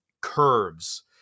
curves